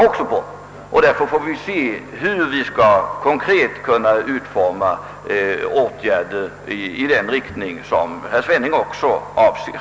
Vi får se, hur vi skall kunna konkret utforma åtgärder i den riktning, som också herr Svenning avser.